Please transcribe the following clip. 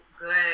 good